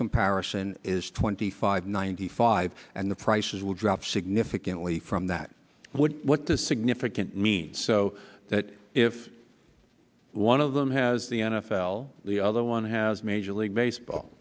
comparison is twenty five ninety five and the prices will drop significantly from that would what the significant means so that if one of them has the n f l the other one has major league